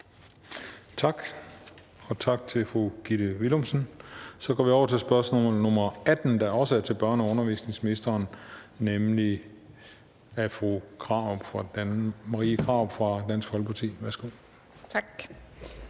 Tak. Og tak til fru Gitte Willumsen. Så går vi over til spørgsmål nr. 18, der også er til børne- og undervisningsministeren, og det er af fru Marie Krarup fra Dansk Folkeparti. Kl.